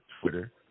Twitter